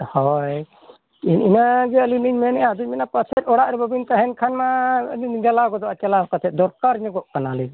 ᱦᱳᱭ ᱤᱱᱟᱹ ᱜᱮ ᱟᱹᱞᱤᱧ ᱞᱤᱧ ᱢᱮᱱᱮᱜᱼᱟ ᱟᱫᱩᱧ ᱢᱮᱱᱮᱜᱼᱟ ᱯᱟᱪᱮᱫ ᱚᱲᱟᱜ ᱨᱮ ᱵᱟᱹᱵᱤᱱ ᱛᱟᱦᱮᱱ ᱠᱷᱟᱱᱢᱟ ᱟᱹᱞᱤᱧ ᱞᱤᱧ ᱡᱟᱞᱟ ᱜᱚᱫᱚᱜᱼᱟ ᱪᱟᱞᱟᱣ ᱠᱟᱛᱮᱫ ᱫᱚᱨᱠᱟᱨ ᱧᱚᱜᱚᱜ ᱠᱟᱱᱟᱞᱤᱧ